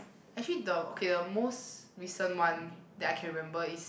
actually the okay the most recent one that I can remember is